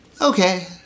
Okay